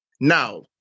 now